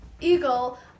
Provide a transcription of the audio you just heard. Eagle